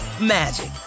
magic